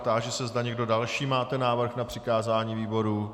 Táži se, zda někdo další máte návrh na přikázání výboru.